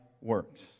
works